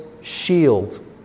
shield